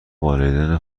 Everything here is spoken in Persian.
والدین